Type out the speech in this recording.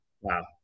Wow